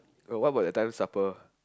oh what about that time supper